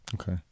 Okay